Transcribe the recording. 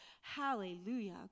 Hallelujah